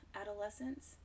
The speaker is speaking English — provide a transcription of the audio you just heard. Adolescents